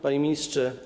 Panie Ministrze!